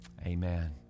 Amen